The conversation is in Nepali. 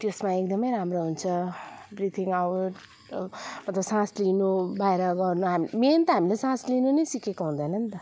त्यसमा एकदमै राम्रो हुन्छ ब्रिथिङ आवर अ मलतब सास लिनु बाहिर गर्नु हामी मेन त हामीले सास लिनु नै सिकेको हुँदैन नि त